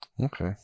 Okay